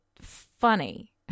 funny